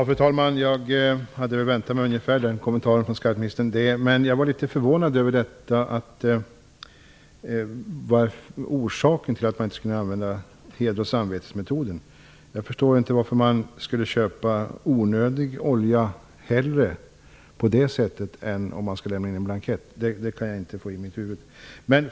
Fru talman! Jag har väntat mig ungefär den kommentaren från skatteministern. Jag är däremot litet förvånad över orsaken till att man inte vill använda metoden med heder och samvete. Jag förstår inte varför man hellre skulle köpa onödig olja på det sättet än om man skulle lämna in en blankett. Det kan jag inte få in i mitt huvud.